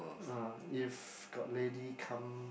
uh if got lady come